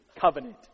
covenant